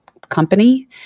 company